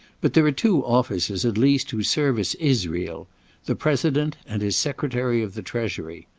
but there are two officers, at least, whose service is real the president and his secretary of the treasury.